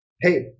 Hey